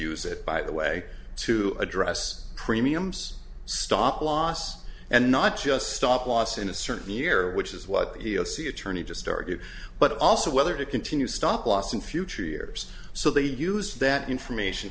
use it by the way to address premiums stop loss and not just stop loss in a certain year which is what he'll see attorney just argue but also whether to continue stop loss in future years so they use that information